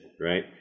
right